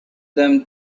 them